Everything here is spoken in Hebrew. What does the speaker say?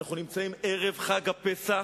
אנחנו נמצאים ערב חג הפסח,